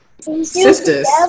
sisters